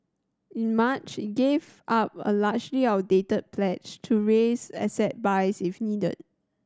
in March it gave up a largely outdated pledge to raise asset buys if needed